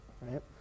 right